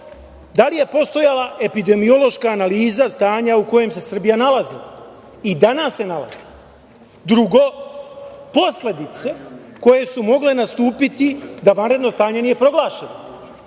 da li postojala epidemiološka analiza stanja u kojem se Srbija nalazila i danas se nalazi? Drugo, posledice koje su mogle nastupiti da vanredno stanje nije proglašeno. Treće,